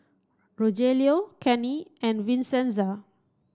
Rogelio Kenny and Vincenza